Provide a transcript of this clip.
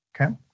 okay